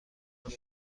همین